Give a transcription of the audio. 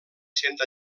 sent